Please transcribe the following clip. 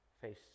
face